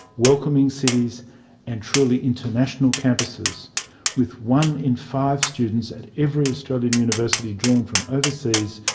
welcoming cities and truly international campuses with one in five students at every australian university drawn from overseas,